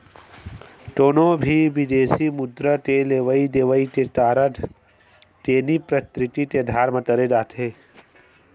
कोनो भी बिदेसी मुद्रा के लेवई देवई के कारज दैनिक प्रकृति के अधार म करे जाथे